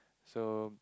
so